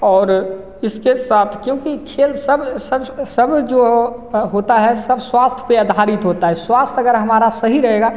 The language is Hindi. और इसके साथ क्योंकि खेल सब सब जो होता है सब स्वास्थ पे आधारित होता है स्वास्थ अगर हमारा सही रहेगा